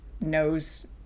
knows